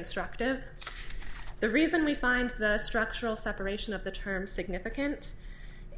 instructive the reason we find the structural separation of the term significant